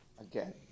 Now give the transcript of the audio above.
again